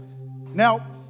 Now